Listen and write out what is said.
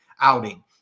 outing